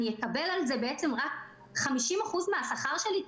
אני אקבל על זה רק 50% מהשכר שלי,